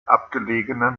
abgelegenen